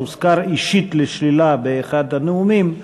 שהוזכר אישית לשלילה באחד הנאומים,